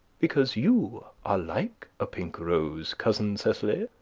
because you are like a pink rose, cousin cecily.